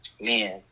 Man